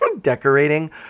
decorating